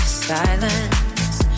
silence